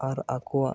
ᱟᱨ ᱟᱠᱚᱣᱟᱜ